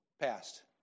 passed